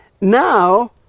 Now